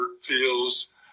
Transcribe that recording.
feels